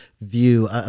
view